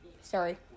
Sorry